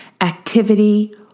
activity